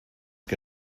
que